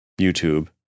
YouTube